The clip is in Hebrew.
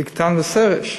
בגתן ותרש,